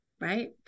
right